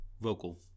vocal